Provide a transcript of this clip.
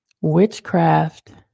witchcraft